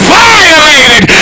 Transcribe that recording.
violated